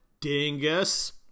dingus